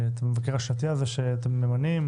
המבקר שאתם ממנים.